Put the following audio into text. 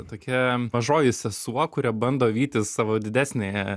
tokia mažoji sesuo kuri bando vytis savo didesniąją